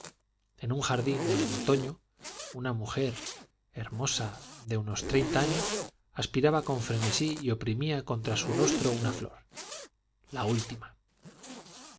en un jardín en otoño una mujer hermosa de unos treinta años aspiraba con frenesí y oprimía contra su rostro una flor la última